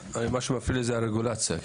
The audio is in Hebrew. הרשימה הערבית המאוחדת): מה שמפליא זה הרגולציה.